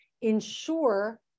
ensure